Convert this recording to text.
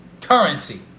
Currency